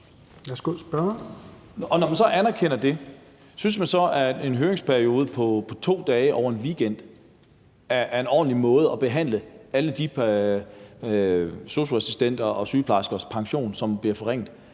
Når man anerkender det, synes man så, at en høringsperiode på 2 dage over en weekend er en ordentlig måde at behandle alle de sosu-assistenter og sygeplejerskers pension, som bliver forringet,